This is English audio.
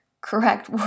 correct